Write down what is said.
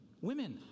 Women